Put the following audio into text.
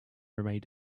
remained